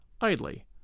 idly